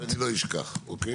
אגב, שאני לא אשכח, אוקיי?